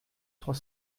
trois